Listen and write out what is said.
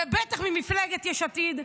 ובטח ממפלגת יש עתיד,